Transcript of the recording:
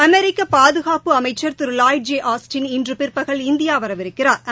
அமெரிக்க பாதுகாப்பு அமைச்ன் திரு லாய்டு ஜெ ஆஸ்டின் இன்று பிற்பகல் இந்தியா வரவிருக்கிறாா்